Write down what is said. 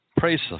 Praise